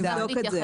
נבדוק את זה.